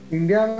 India